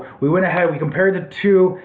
we went ahead, we compared the two,